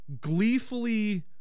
gleefully